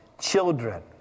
children